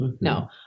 No